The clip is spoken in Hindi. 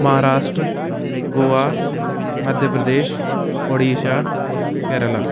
महाराष्ट्र गोवा मध्य प्रदेश ओडिशा केरल